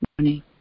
Morning